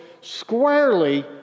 squarely